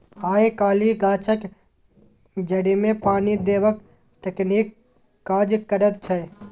आय काल्हि गाछक जड़िमे पानि देबाक तकनीक काज करैत छै